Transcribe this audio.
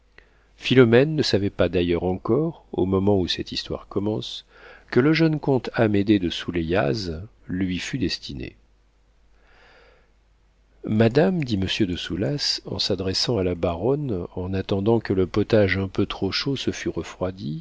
philomène ne savait pas d'ailleurs encore au moment où cette histoire commence que le jeune comte amédée de souleyaz lui fût destiné madame dit monsieur de soulas en s'adressant à la baronne en attendant que le potage un peu trop chaud se fût refroidi